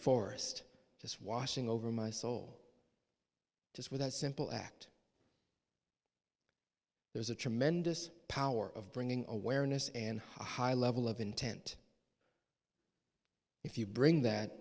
forest just washing over my soul just with that simple act there's a tremendous power of bringing awareness and a high level of intent if you bring that